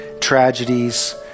tragedies